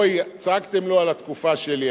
צעקתם "לא" על התקופה שלי,